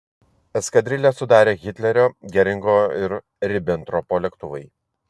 eskadrilę sudarė hitlerio geringo ir ribentropo lėktuvai